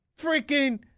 freaking